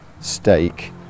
steak